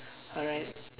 alright